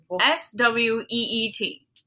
S-W-E-E-T